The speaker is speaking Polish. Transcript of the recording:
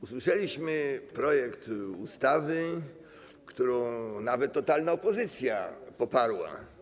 Usłyszeliśmy o projekcie ustawy, którą nawet totalna opozycja poparła.